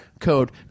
code